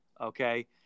Okay